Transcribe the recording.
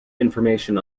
information